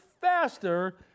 faster